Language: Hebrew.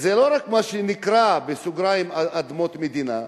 וזה לא מה שנקרא "אדמות מדינה".